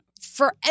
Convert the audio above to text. forever